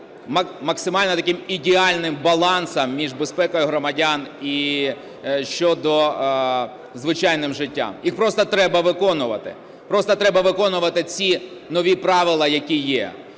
максимально таким ідеальним балансом між безпекою громадян і звичайним життям. Їх просто треба виконувати. Просто треба виконувати ці нові правила, які є.